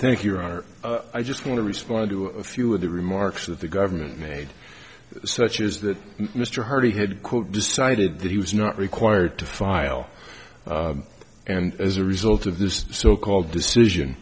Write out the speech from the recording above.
thank you are i just going to respond to a few of the remarks that the government made such as that mr hardie had quote decided that he was not required to file and as a result of this so called decision